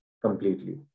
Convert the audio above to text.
completely